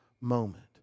moment